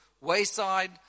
wayside